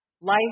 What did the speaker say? Life